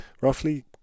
roughly